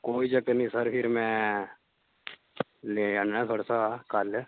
कोई चक्कर नी सर फिर में लेई जन्नां थुआढ़े शा कल